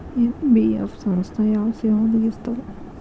NBF ಸಂಸ್ಥಾ ಯಾವ ಸೇವಾ ಒದಗಿಸ್ತಾವ?